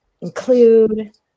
include